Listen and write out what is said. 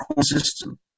system